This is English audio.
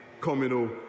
communal